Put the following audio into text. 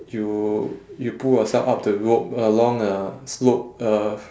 you you pull yourself up the rope along a slope uh